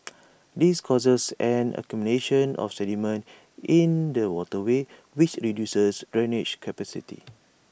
this causes an accumulation of sediment in the waterways which reduces drainage capacity